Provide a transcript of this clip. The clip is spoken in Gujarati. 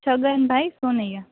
છગન ભાઈ સોનૈયા